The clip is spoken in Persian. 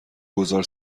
گذار